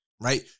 right